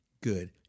good